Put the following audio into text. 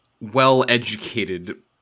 well-educated